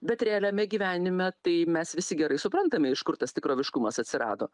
bet realiame gyvenime tai mes visi gerai suprantame iš kur tas tikroviškumas atsirado